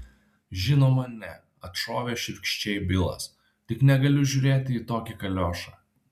žinoma ne atšovė šiurkščiai bilas tik negaliu žiūrėti į tokį kaliošą